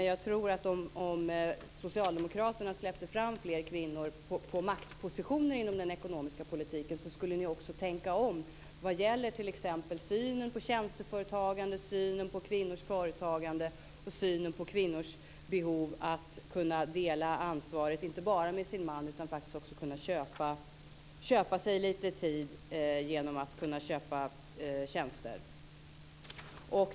Jag tror att om socialdemokraterna släppte fram fler kvinnor på maktpositioner inom den ekonomiska politiken skulle ni också tänka om vad gäller t.ex. synen på tjänsteföretagande, synen på kvinnors företagande och synen på kvinnors behov att kunna dela ansvaret - inte bara med sin man, utan att faktiskt också kunna köpa sig lite tid genom att köpa tjänster.